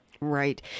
Right